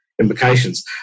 implications